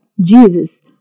Jesus